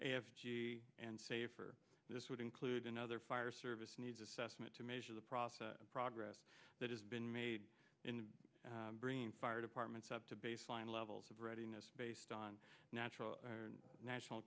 f g and safer this would include another fire service needs assessment to measure the process progress that has been made in bringing fire departments up to baseline levels of readiness based on natural national